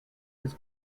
his